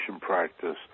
practice